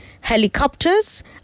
helicopters